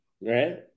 right